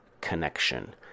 connection